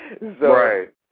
Right